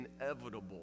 inevitable